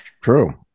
true